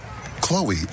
Chloe